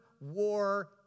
war